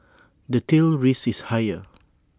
the tail risk is higher